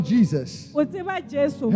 Jesus